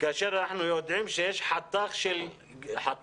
כאשר אנחנו יודעים שיש חתך לא קטן